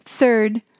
Third